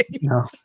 no